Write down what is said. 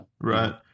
Right